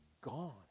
gone